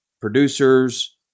producers